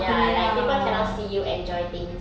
ya like people cannot see you enjoy things